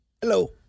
hello